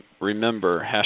remember